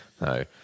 no